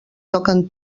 toquen